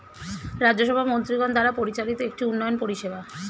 রাজ্য সভা মন্ত্রীগণ দ্বারা পরিচালিত একটি উন্নয়ন পরিষেবা